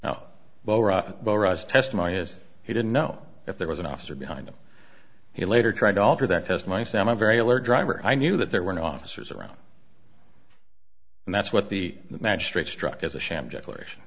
is he didn't know if there was an officer behind him he later tried to alter that as my sam very alert driver i knew that there were no officers around and that's what the magistrate struck as a sham declaration